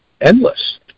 endless